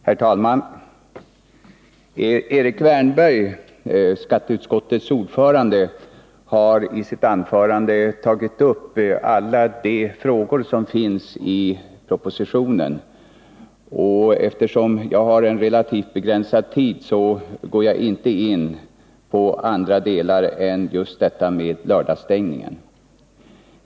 Herr talman! Erik Wärnberg, skatteutskottets ordförande, har i sitt anförande tagit upp alla de frågor som behandlas i propositionen. Eftersom jag har en relativt begränsad tid till mitt förfogande, går jag inte in på andra delar än just lördagsstängningen.